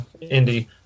Indy